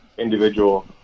Individual